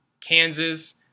Kansas